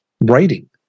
writing